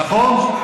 נכון?